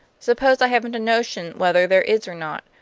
suppose i haven't a notion whether there is or not!